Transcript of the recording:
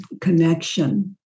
connection